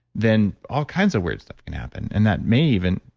then all kinds of weird stuff can happen. and that may even,